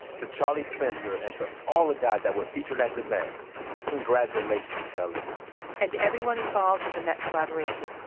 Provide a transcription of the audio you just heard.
to charlie spencer and to all the guys that were featured at the met congratulations, fellas and to everyone involved with the met collaboration,